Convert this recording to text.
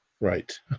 Right